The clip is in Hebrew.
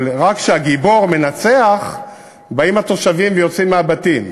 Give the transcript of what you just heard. אבל רק כשהגיבור מנצח באים התושבים ויוצאים מהבתים.